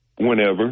whenever